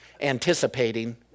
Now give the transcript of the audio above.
anticipating